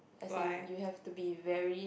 as in you have to be very